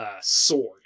sword